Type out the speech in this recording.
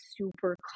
super